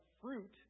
fruit